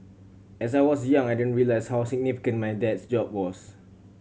as I was young I didn't realise how significant my dad's job was